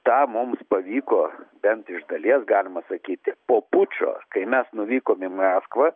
tą mums pavyko bent iš dalies galima sakyti po pučo kai mes nuvykom į maskvą